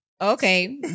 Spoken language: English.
Okay